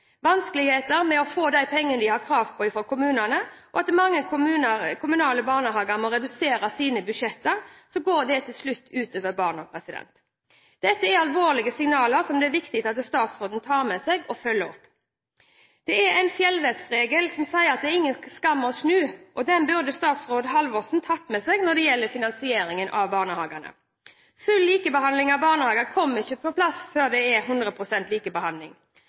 vanskeligheter med å få de pengene de har krav på fra kommunene, og at mange kommunale barnehager må redusere sine budsjetter, og det går til slutt ut over barna. Dette er alvorlige signaler som det er viktig at statsråden tar med seg og følger opp. Det er en fjellvettregel som sier at det er ingen skam å snu. Den burde statsråd Halvorsen tatt med seg når det gjelder finansieringen av barnehagene. Full likebehandling av barnehager kommer ikke på plass før det er 100 pst. likebehandling.